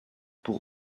pour